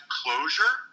closure